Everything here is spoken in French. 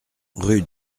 rue